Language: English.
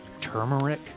turmeric